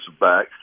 back